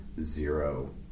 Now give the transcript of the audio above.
zero